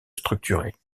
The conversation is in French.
structurée